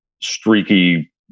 streaky